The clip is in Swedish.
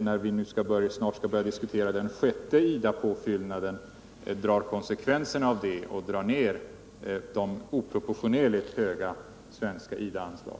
när vi snart skall börja diskutera den sjätte IDA påfyllnaden, drar konsekvenserna och sänker de oproportionerligt höga svenska IDA-anslagen?